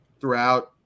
throughout